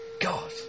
God